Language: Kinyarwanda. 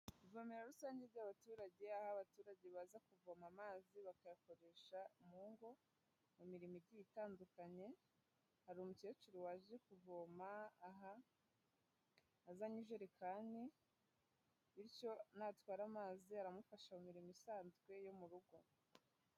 Ivomero rusange ry'abaturage aho abaturage baza kuvoma amazi, bakayakoresha mu ngo mu mirimo igiye itandukanye, hari umukecuru waje kuvoma aha azanye ijerekani bityo natwara amazi aramufasha mu mirimo isanzwe yo mu rugo.